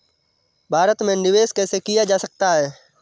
भारत में निवेश कैसे किया जा सकता है?